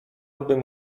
bym